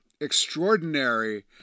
extraordinary